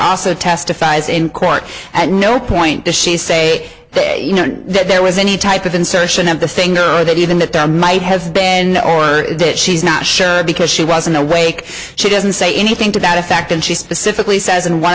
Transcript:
also testifies in court at no point did she say that you know that there was any type of insertion of the finger or that even that down might have been or did she's not sure because she wasn't awake she doesn't say anything to that effect and she specifically says and one